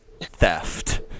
theft